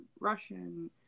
Russian